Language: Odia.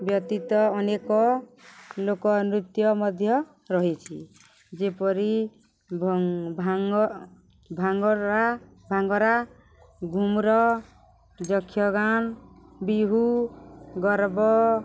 ବ୍ୟତୀତ ଅନେକ ଲୋକ ନୃତ୍ୟ ମଧ୍ୟ ରହିଛି ଯେପରି ଭାଙ୍ଗ ଭାଙ୍ଗରା ଭାଙ୍ଗରା ଘୁମ୍ର ଯକ୍ଷଗାନ ବିହୁ ଗର୍ବ